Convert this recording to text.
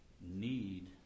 need